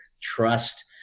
trust